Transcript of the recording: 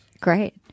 Great